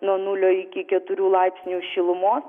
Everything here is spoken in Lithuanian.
nuo nulio iki keturių laipsnių šilumos